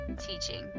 teaching